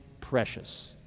precious